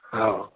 ହଉ